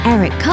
Eric